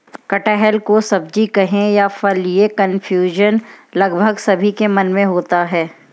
कटहल को सब्जी कहें या फल, यह कन्फ्यूजन लगभग सभी के मन में होता है